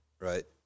right